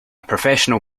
professional